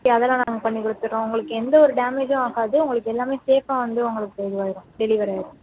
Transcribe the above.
ஆ அதெல்லாம் நாங்கள் பண்ணிக் கொடுத்துட்றோம் உங்களுக்கு எந்த ஒரு டேமேஜும் ஆகாது உங்களுக்கு எல்லாமே சேஃப்பாக வந்து உங்களுக்கு இதுவாகிரும் டெலிவரி ஆகிரும்